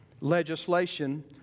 legislation